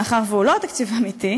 מאחר שהוא לא התקציב האמיתי,